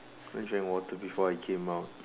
I drank water before I came out